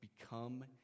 become